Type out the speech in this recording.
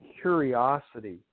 curiosity